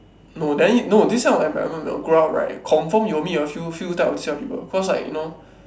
no then no this kind of environment when you grow up right confirm you will meet a few few of these type of people cause like you know